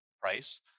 price